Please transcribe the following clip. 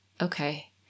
okay